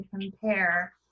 compare